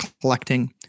collecting